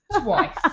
twice